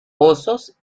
pozos